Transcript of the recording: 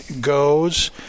goes